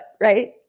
right